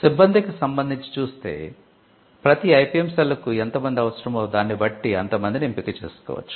సిబ్బందికి సంబంధించి చూస్తే ప్రతీ ఐపిఎం సెల్ కు ఎంత మంది అవసరమో దాన్ని బట్టి అంత మందిని ఎంపిక చేసుకోవచ్చు